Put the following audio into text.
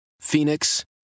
Phoenix